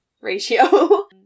ratio